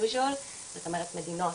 "עסקים כרגיל", זאת אומרת מדינות